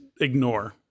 ignore